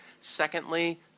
Secondly